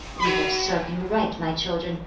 it would serve him right, my children,